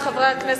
חברי חברי הכנסת,